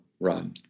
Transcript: run